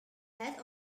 head